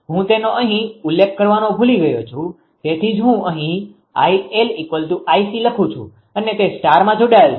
હું તેનો અહીં ઉલ્લેખ કરવાનું ભૂલી ગયો છું તેથી જ હું અહીં 𝐼𝐿𝐼𝐶 લખું છું અને તે સ્ટારમાં જોડાયેલ છે